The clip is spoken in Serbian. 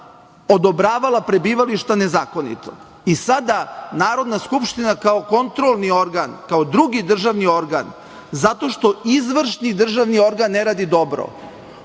odobravala prebivališta nezakonito i sada Narodna Skupština kao kontrolni organ, kao drugi državni organ, zato što izvršni državni organ ne radi dobro,